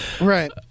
right